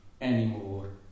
anymore